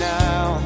now